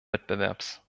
wettbewerbs